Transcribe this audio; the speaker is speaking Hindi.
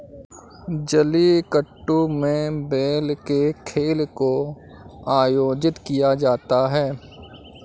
जलीकट्टू में बैल के खेल को आयोजित किया जाता है